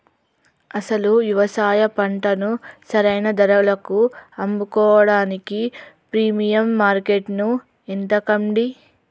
అసలు యవసాయ పంటను సరైన ధరలకు అమ్ముకోడానికి ప్రీమియం మార్కేట్టును ఎతకండి